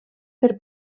per